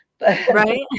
Right